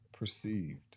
Perceived